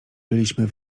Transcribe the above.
byliśmy